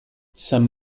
san